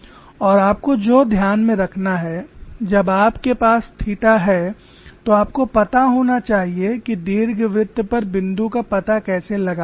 और आपको जो ध्यान में रखना है जब आपके पास थीटा है तो आपको पता होना चाहिए कि दीर्घवृत्त पर बिंदु का पता कैसे लगाया जाए